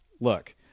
Look